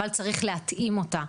אבל צריך להתאים אותה.